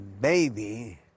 baby